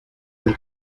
del